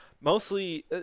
mostly